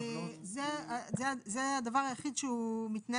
זה הדבר היחיד שהוא התחשבנות פה בטבלאות?